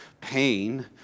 pain